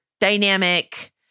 dynamic